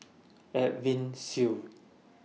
Edwin Siew